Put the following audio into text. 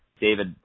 David